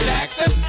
Jackson